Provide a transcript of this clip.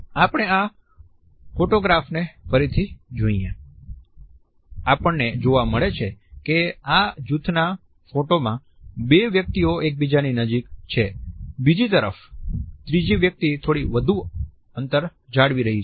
આપણે આ ફોટોગ્રાફ ને ફરીથી જોઈએ આપણને જોવા મળે છે કે આ જૂથના ફોટામાં બે વ્યક્તિઓ એકબીજાની નજીક છે બીજી તરફ ત્રીજી વ્યક્તિ થોડી વધુ અંતર જાળવી રહી છે